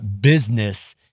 business